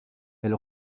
elle